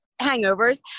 hangovers